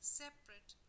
separate